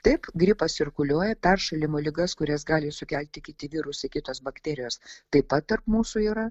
taip gripas cirkuliuoja peršalimo ligas kurias gali sukelti kiti virusai kitos bakterijos taip pat tarp mūsų yra